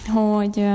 hogy